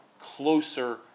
closer